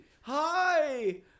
Hi